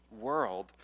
world